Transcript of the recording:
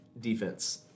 defense